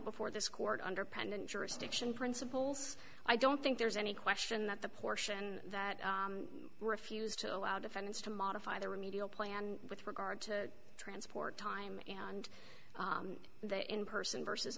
before this court under president jurisdiction principles i don't think there's any question that the portion that refused to allow defendants to modify the remedial plan with regard to transport time and there in person versus